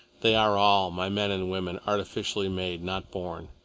they are all, my men and women, artificially made, not born.